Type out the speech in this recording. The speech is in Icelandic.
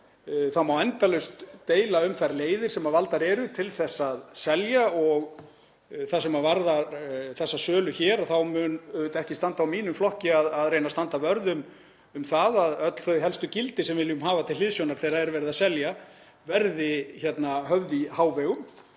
Það má endalaust deila um þær leiðir sem valdar eru til að selja. Hvað varðar þessa sölu hér þá mun ekki standa á mínum flokki að reyna að standa vörð um það að öll þau helstu gildi sem við viljum hafa til hliðsjónar, þegar verið er að selja, verði höfð í hávegum.